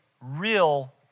real